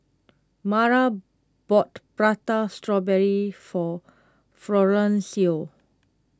Mara bought Prata Strawberry for Florencio